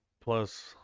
Plus